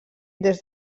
des